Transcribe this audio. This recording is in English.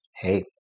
hey